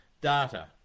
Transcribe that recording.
data